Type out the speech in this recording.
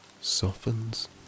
softens